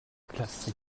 classé